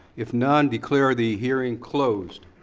if none, declare the hearing closed.